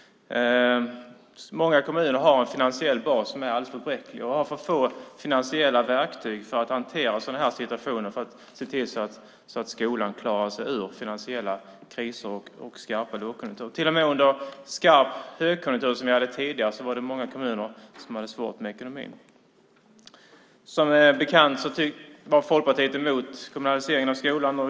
Många kommuner har en finansiell bas som är alldeles för bräcklig. De har för få finansiella verktyg för att hantera sådana här situationer och se till att skolan klarar sig ur finansiella kriser och skarpa lågkonjunkturer. Till och med under en stark högkonjunktur, som vi hade tidigare, var det många kommuner som hade svårt med ekonomin. Som bekant var Folkpartiet emot kommunaliseringen av skolan.